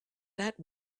that